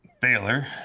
Baylor